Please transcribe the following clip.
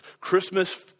Christmas-